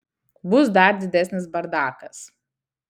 bus dar didesnis bardakas